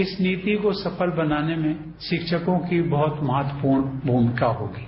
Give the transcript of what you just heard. इस नीति को सफल बनाने में शिक्षकों की बहुत महत्वपूर्ण भूमिका होती है